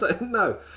No